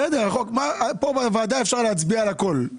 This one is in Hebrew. פה בוועדה אפשר להצביע על הכול.